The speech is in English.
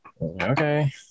Okay